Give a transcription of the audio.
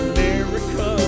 America